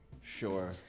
Sure